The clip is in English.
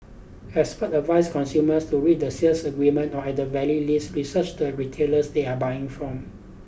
experts advise consumers to read the sales agreements or at the very least research the retailers they are buying from